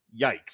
yikes